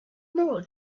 more